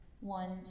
one